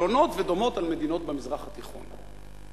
שונות ודומות, על מדינות במזרח התיכון.